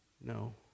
No